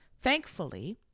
Thankfully